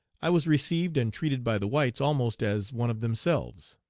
i was received and treated by the whites almost as one of themselves.